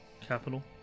capital